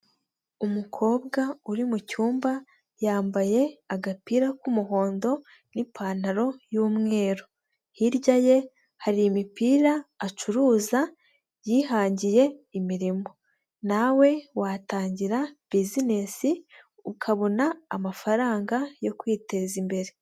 Umukobwa uri mu cyumba yambaye agapira k'umuhondo n'ipantaro y'umweru. Hirya ye hari imipira acuruza, yihangiye imirimo. Nawe watangira bizinesi ukabona amafaranga yo kwiteza imbere.